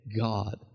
God